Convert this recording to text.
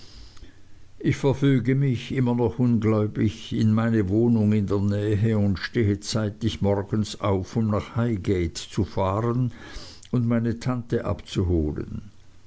ich verfüge mich immer noch ungläubig in meine wohnung in der nähe und stehe zeitig morgens auf um nach highgate zu fahren und meine tante abzuholen